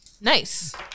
Nice